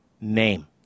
name